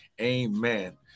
Amen